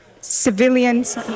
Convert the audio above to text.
civilians